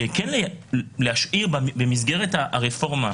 שלא לדבר על תכנוני